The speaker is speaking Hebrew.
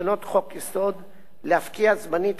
להפקיע זמנית את תוקפו או לקבוע בו תנאים.